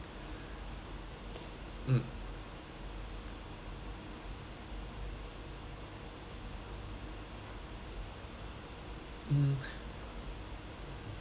mm mm